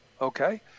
Okay